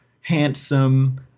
handsome